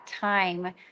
time